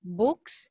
books